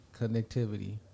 connectivity